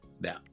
Now